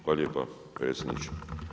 Hvala lijepa predsjedniče.